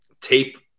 tape